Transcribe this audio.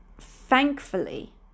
thankfully